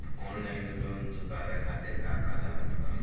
Online loan चुकावे खातिर का का लागत बा?